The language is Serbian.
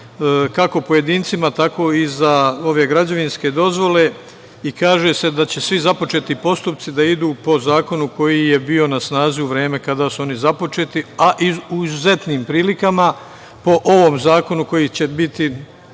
kako pojedincima, tako i za ove građevinske dozvole, i kaže se da će svi započeti postupci da idu po zakonu koji je bio na snazi u vreme kada su oni započeti, a u izuzetnim prilikama, po ovom zakonu koji će biti